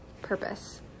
Purpose